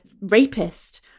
rapist